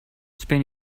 spain